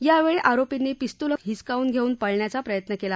यावेळी आरोपींनी पिस्तूल हिसकावून घेऊन पळण्याचा प्रयत्न केला